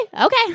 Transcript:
Okay